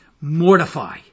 Mortify